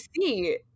see